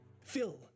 Phil